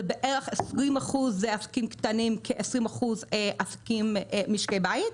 בערך 20% עסקים קטנים וכ-20% משקי בית,